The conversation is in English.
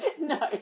no